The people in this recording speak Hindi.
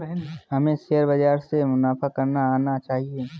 हमें शेयर बाजार से मुनाफा करना आना चाहिए